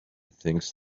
things